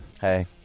Hey